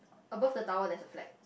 above the tower there's a flag